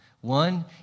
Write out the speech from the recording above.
One